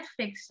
Netflix